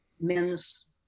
men's